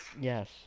Yes